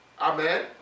Amen